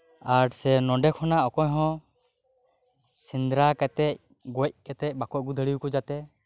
ᱟᱨ ᱥᱮ ᱱᱚᱰᱮ ᱠᱷᱚᱱᱟᱜ ᱚᱠᱚᱭ ᱦᱚᱸ ᱥᱮᱸᱫᱽᱨᱟ ᱠᱟᱛᱮᱫ ᱜᱚᱡᱽ ᱠᱟᱛᱮᱫ ᱵᱟᱠᱚ ᱟᱹᱜᱩ ᱫᱟᱲᱮ ᱟᱠᱚ ᱡᱟᱛᱮ